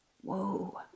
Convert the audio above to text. Whoa